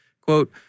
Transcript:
Quote